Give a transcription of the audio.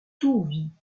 tout